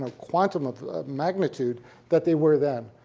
ah quantum of magnitude that they were then.